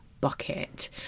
bucket